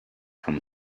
from